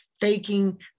taking